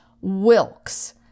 Wilkes